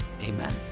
Amen